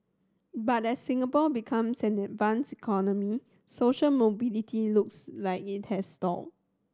but as Singapore becomes an advanced economy social mobility looks like it has stalled